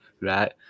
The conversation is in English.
right